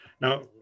now